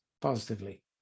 positively